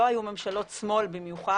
לא היו ממשלות שמאל במיוחד,